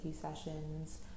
sessions